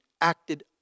acted